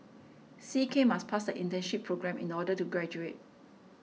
C K must pass the internship programme in order to graduate